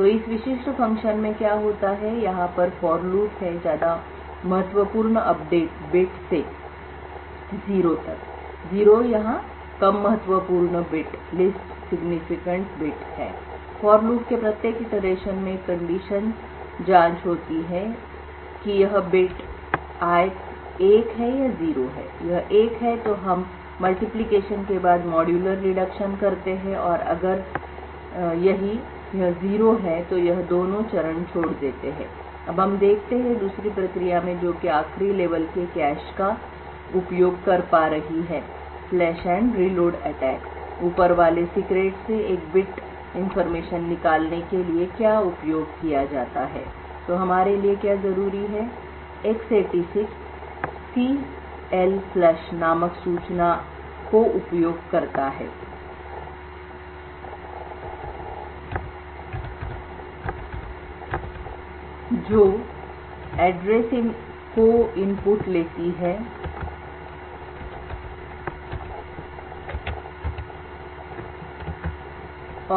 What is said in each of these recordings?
तो इस विशिष्ट फंक्शन में क्या होता है यहां पर for loop है ज्यादा महत्वपूर्ण अपडेट बिट से जीरो तक जीरो यह कम महत्वपूर्ण बिट है least significant bit for loop के प्रत्येक इटरेशन में एक कंडीशन की जांच होती है कि यह बिट ith bit एक है या जीरो है यह एक है तो हम गुणाकार के बाद मॉड्यूलर रिडक्शन करते हैं और अगर यही यह जीरो है तो यह दोनों चरण छोड़ देते हैं अब हम देखते हैं दूसरी प्रक्रिया में जो की आखिरी लेवल के कैश का उपयोग कर पा रही है फ्लेश एंड रीलोड अटैक ऊपर वाले सीक्रेट से एक बिट इंफॉर्मेशन निकालने के लिए क्या उपयोग किया जाता है तो हमारे लिए क्या जरूरी है X86CLFLUSH नामक सूचना काउपयोग करता है जो एड्रेस को इनपुट लेती है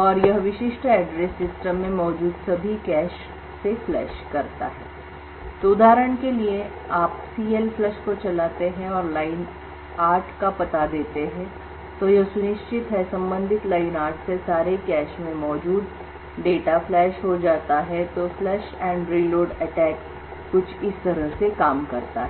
और यह विशिष्ट एड्रेस सिस्टम में मौजूद सभी cache से फ्लश करता है तो उदाहरण के लिए आप CLFLUSH को चलाते हैं और लाइन 8 का पता देते हैं तो यह सुनिश्चित है संबंधित लाइन 8 से सारे कैश में मौजूद डाटा फ्लश हो जाता है तो फ्लश एंड रीलोड अटैक कुछ इस तरह से काम करता है